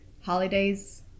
holidays